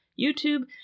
YouTube